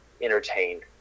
entertained